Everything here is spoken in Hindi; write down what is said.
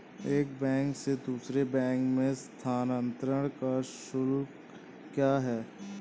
एक बैंक से दूसरे बैंक में स्थानांतरण का शुल्क क्या है?